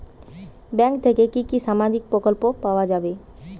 Bank থেকে কি কি সামাজিক প্রকল্প পাওয়া যাবে?